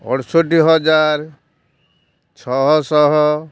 ଅଡ଼ଷଠିହଜାର ଛଅଶହ